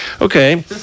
Okay